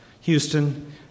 Houston